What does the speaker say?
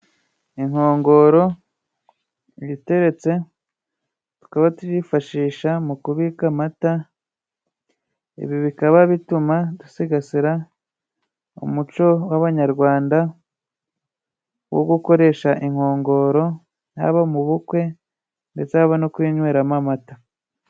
Inkongoro ibiteretse, tukaba tuyifashisha mu kubika amata. Ibi bikaba bituma dusigasira umuco w'abanyarwanda wo gukoresha inkongoro haba mu bukwe ndetse haba no kuyinyweramo amata.